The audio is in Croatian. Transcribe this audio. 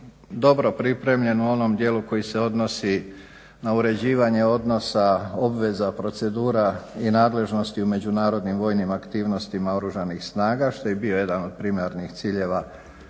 dobro pripremljen u onom dijelu koji se odnosi na uređivanje odnosa obveza procedura i nadležnosti u međunarodnim vojnim aktivnostima oružanih snaga što je bio jedan od primarnih ciljeva